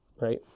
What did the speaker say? right